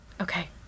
okay